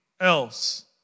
else